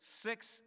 six